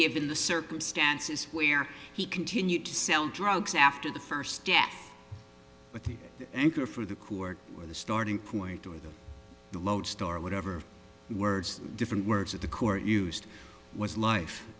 given the circumstances where he continued to sell drugs after the first death but the anchor for the court or the starting point or the the lodestar or whatever words different words at the court used was life